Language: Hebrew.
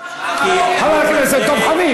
מה המטרה של החוק?